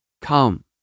come